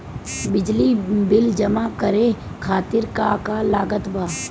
बिजली बिल जमा करे खातिर का का लागत बा?